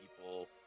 people